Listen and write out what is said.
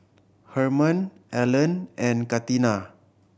Hermon Elon and Katina